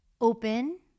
open